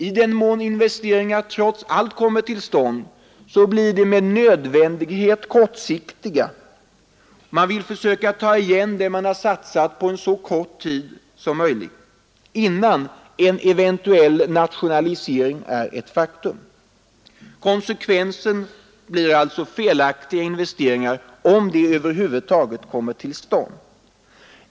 I den mån investeringar trots allt kommer till stånd blir de med naturnödvändighet kortsiktiga, man vill försöka ta igen det man satsat på så kort tid som möjligt, innan en eventuell nationalisering är ett faktum. Konsekvensen blir alltså felaktiga investeringar om de över huvud taget kommer till stånd.